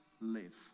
live